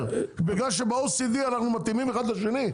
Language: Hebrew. בגלל שב-OECD אנחנו מתאימים אחד לשני?